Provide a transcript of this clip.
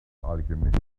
alchemist